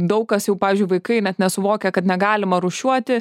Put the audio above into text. daug kas jau pavyzdžiui vaikai net nesuvokia kad negalima rūšiuoti